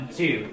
two